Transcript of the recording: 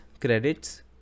Credits